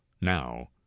now